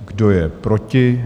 Kdo je proti?